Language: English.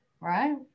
right